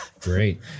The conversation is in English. Great